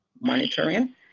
monitoring